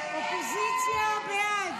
הסתייגות 354 לא